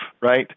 right